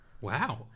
Wow